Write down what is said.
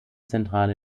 zentrale